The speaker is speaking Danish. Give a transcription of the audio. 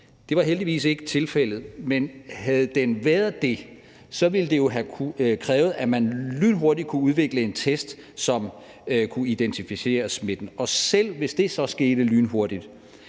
Det var heldigvis ikke tilfældet, men havde den været det, ville det jo have krævet, at man lynhurtigt kunne udvikle en test, som kunne identificere smitten, og selv hvis det så skete lynhurtigt,